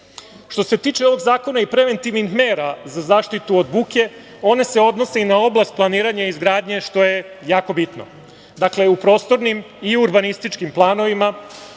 se tiče ovog zakona i preventivnih mera za zaštitu od buke, one se odnose i na oblast planiranja i izgradnje, što je jako bitno. Dakle, u prostornim i u urbanističkim planovima